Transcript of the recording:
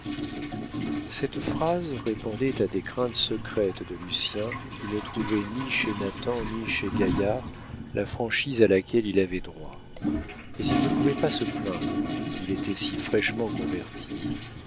cette phrase répondait à des craintes secrètes de lucien qui ne trouvait ni chez nathan ni chez gaillard la franchise à laquelle il avait droit mais il ne pouvait pas se plaindre il était si fraîchement converti